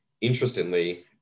Interestingly